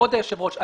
כבוד היושב ראש,